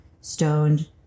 stoned